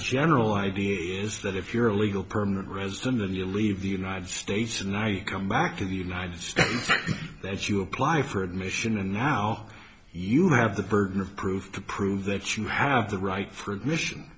general idea is that if you're a legal permanent resident and you leave the united states and i come back to the united states that you apply for admission and now you have the burden of proof to prove that you have the right for admission